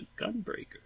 gunbreaker